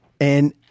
and-